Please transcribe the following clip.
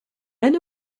and